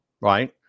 right